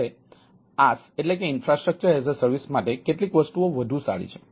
જ્યારે IaaS માટે કેટલીક વસ્તુઓ વધુ સારી છે